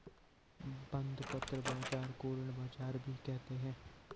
बंधपत्र बाज़ार को ऋण बाज़ार भी कहते हैं